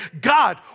God